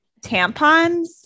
tampons